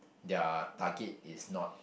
their target is not